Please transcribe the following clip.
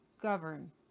govern